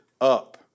up